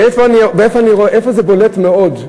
איפה זה בולט מאוד,